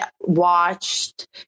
watched